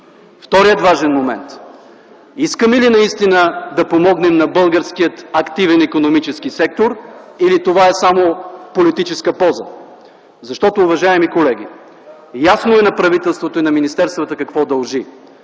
Вторият важен момент: искаме ли наистина да помогнем на българския активен икономически сектор, или това е само политическа поза? Защото, уважаеми колеги, ясно е на правителството и на министерствата какво дължи,